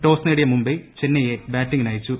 toss നേടിയ മുംബൈ ചെന്നൈയെ ബാറ്റിംഗിന് അയച്ചു